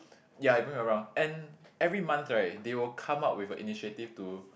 ya they bring around and every month right they will come up with a initiative to